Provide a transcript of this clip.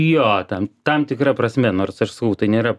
jo ten tam tikra prasme nors aš sakau tai nėra